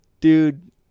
dude